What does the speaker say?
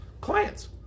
clients